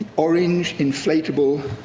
orange, inflatable,